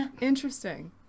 Interesting